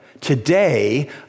Today